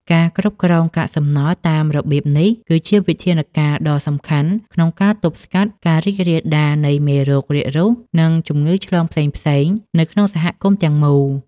ការគ្រប់គ្រងកាកសំណល់តាមរបៀបនេះ គឺជាវិធានការដ៏សំខាន់ក្នុងការទប់ស្កាត់ការរីករាលដាលនៃមេរោគរាករូស និងជំងឺឆ្លងផ្សេងៗនៅក្នុងសហគមន៍ទាំងមូល។